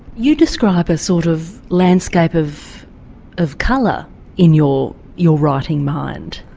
you describe a sort of landscape of of colour in your your writing mind.